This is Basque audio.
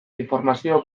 informazio